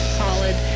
solid